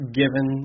given